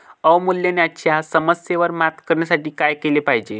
अवमूल्यनाच्या समस्येवर मात करण्यासाठी काय केले पाहिजे?